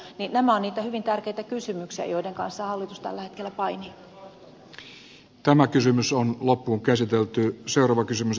nämä ovat niitä hyvin tärkeitä kysymyksiä joiden kanssa hallitus tällä hetkellä painii